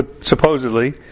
supposedly